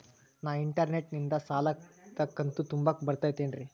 ನಾ ಇಂಟರ್ನೆಟ್ ನಿಂದ ಸಾಲದ ಕಂತು ತುಂಬಾಕ್ ಬರತೈತೇನ್ರೇ?